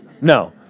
no